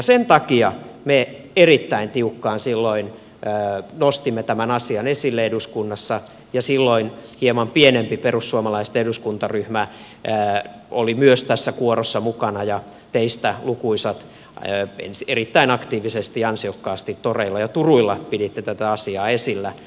sen takia me erittäin tiukkaan silloin nostimme tämän asian esille eduskunnassa ja silloin hieman pienempi perussuomalaisten eduskuntaryhmä oli tässä kuorossa mukana myös ja teistä lukuisat erittäin aktiivisesti ja ansiokkaasti toreilla ja turuilla pitivät tätä asiaa esillä